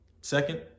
second